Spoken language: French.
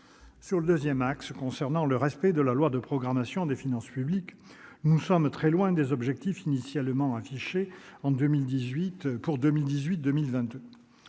sécurité sociale. Concernant le respect de la loi de programmation des finances publiques, nous sommes très loin des objectifs initialement affichés pour la